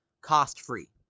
cost-free